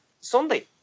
Sunday